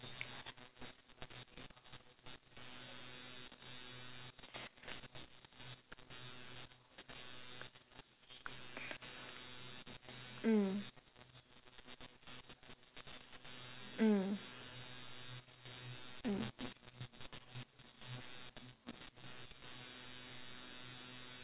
mm mm mm